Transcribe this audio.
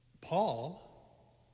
Paul